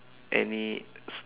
any